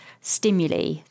stimuli